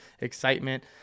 excitement